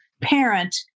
parent